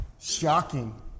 shocking